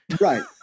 Right